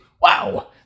Wow